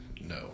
No